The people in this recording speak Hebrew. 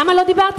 למה לא דיברתי?